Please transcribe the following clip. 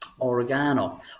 oregano